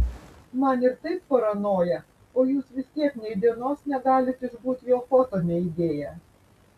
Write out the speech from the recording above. man ir taip paranoja o jūs vis tiek nei dienos negalit išbūt jo foto neįdėję